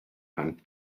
rand